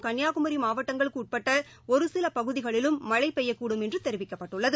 நாமக்கல் கன்னியாகுமரிமாவட்டங்களுக்குஉட்பட்டஒருசிலபகுதிகளிலும் மழைபெய்யக்கூடும் என்றுதெரிவிக்கப்பட்டுள்ளது